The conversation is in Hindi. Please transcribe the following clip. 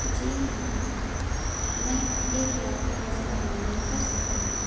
जी हाँ मैं एक यात्री बस का वर्णन कर सकती हूँ